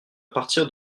partir